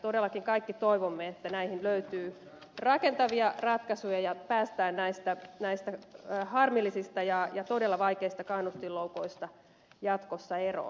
todellakin kaikki toivomme että näihin löytyy rakentavia ratkaisuja ja päästään näistä harmillisista ja todella vaikeista kannustinloukuista jatkossa eroon